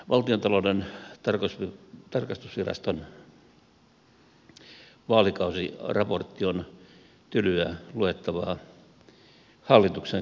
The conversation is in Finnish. valtiontalouden tarkastusviraston vaalikausiraportti on tylyä luettavaa hallituksen kannalta